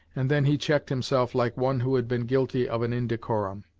and then he checked himself like one who had been guilty of an indecorum.